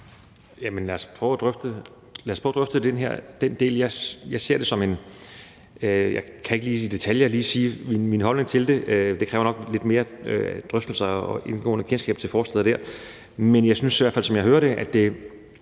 lad os prøve at drøfte den del. Jeg kan ikke lige i detaljer sige, hvad min holdning er til det – det kræver nok lidt flere drøftelser og et indgående kendskab til forslaget der. Men jeg synes – i hvert fald som jeg hører det – at det